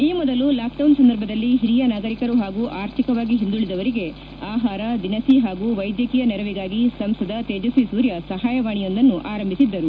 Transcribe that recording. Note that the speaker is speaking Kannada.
ಈ ಮೊದಲು ಲಾಕ್ಡೌನ್ ಸಂದರ್ಭದಲ್ಲಿ ಹಿರಿಯ ನಾಗರಿಕರು ಹಾಗೂ ಆರ್ಥಿಕವಾಗಿ ಹಿಂದುಳಿದವರಿಗೆ ಆಹಾರ ದಿನಸಿ ಹಾಗೂ ವೈದ್ಯಕೀಯ ನೆರವಿಗಾಗಿ ಸಂಸದ ತೇಜಸ್ವಿ ಸೂರ್ಯ ಸಹಾಯವಾಣಿಯೊಂದನ್ನು ಆರಂಭಿಸಿದ್ದರು